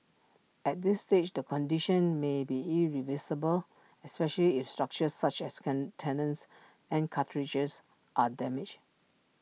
at this stage the condition may be irreversible especially if structures such as con tendons and are damaged